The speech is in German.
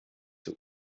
der